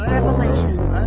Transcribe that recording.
Revelations